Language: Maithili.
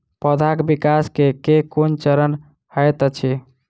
पौधाक विकास केँ केँ कुन चरण हएत अछि?